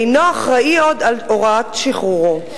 אינו אחראי עוד להוראת שחרורו.